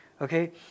okay